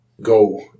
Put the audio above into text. go